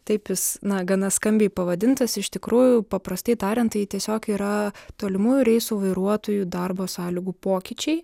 taip jis na gana skambiai pavadintas iš tikrųjų paprastai tariant tai tiesiog yra tolimųjų reisų vairuotojų darbo sąlygų pokyčiai